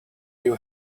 you